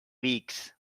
weeks